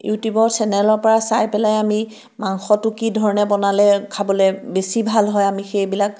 ইউটিউবৰ চেনেলৰ পৰা চাই পেলাই আমি মাংসটো কি ধৰণে বনালে খাবলৈ বেছি ভাল হয় আমি সেইবিলাক